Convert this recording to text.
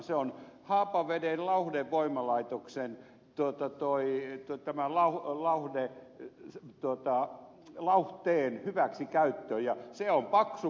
se on tehty haapaveden lauhdevoimalaitoksen tuottaa toimii pyytämällä olla ettei se tuota lauhteen hyväksikäytöstä ja se on paksu pumaska